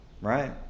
right